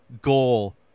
goal